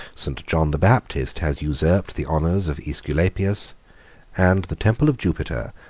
st. john the baptist has usurped the honors of aesculapius and the temple of jupiter,